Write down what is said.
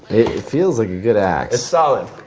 it feels like a good ax. it's solid.